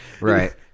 Right